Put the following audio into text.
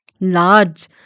Large